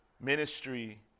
ministry